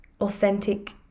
authentic